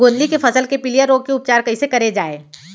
गोंदली के फसल के पिलिया रोग के उपचार कइसे करे जाये?